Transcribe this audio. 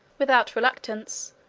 without reluctance,